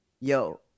yo